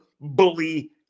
bully